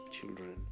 children